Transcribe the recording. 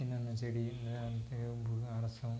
என்னென்ன செடி வேம்பு அரசம்